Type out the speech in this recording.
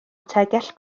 tegell